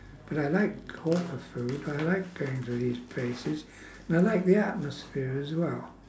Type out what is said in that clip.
but I like hawker food I like going to these places and I like the atmosphere as well